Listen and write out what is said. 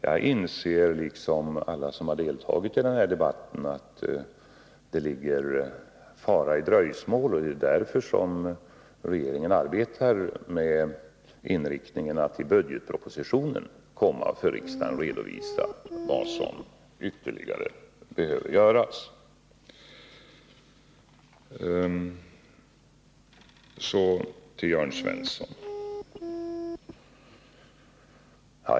Jag inser, liksom alla som har deltagit i den här debatten, att det ligger fara i dröjsmål, och det är därför som regeringen arbetar med inriktningen att i budgetpropositionen för riksdagen redovisa vad som ytterligare behöver göras. Så till Jörn Svensson.